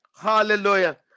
Hallelujah